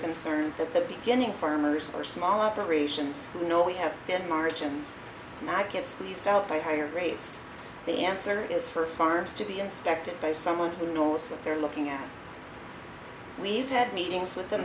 concerned that the beginning farmers are small operations you know we have good margins and i get squeezed out by higher rates the answer is for farms to be inspected by someone who knows what they're looking at we've had meetings with the